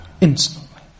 Instantly